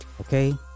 okay